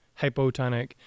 hypotonic